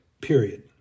period